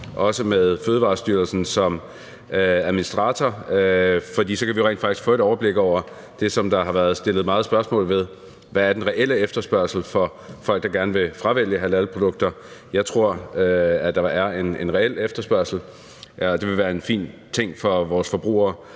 også med Fødevarestyrelsen som administrator, for så kan vi jo rent faktisk få et overblik over det, som der meget har været sat spørgsmålstegn ved, nemlig hvad den reelle efterspørgsel er fra folk, der gerne vil fravælge halalprodukter. Jeg tror, at der er en reel efterspørgsel, og det vil være en fin ting for vores forbrugere